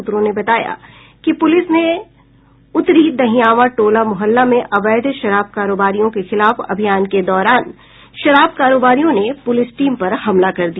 सूत्रों ने बताया कि पुलिस ने उतरी दहियांवा टोला मुहल्ला में अवैध शराब कारोबारियों के खिलाफ अभियान के दौरान शराब कारोबारियों ने पुलिस टीम पर हमला कर दिया